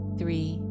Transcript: three